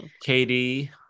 Katie